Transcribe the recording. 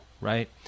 right